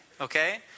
okay